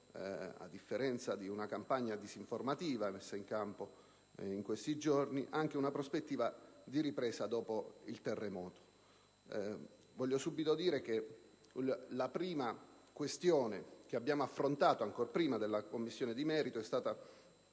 che smentisce una campagna disinformativa messa in campo in questi giorni, anche ad una prospettiva di ripresa dopo il terremoto. Voglio subito dire che la prima questione che abbiamo affrontato, ancora prima della Commissione di merito, è stata